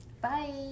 Bye